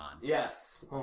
Yes